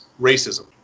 racism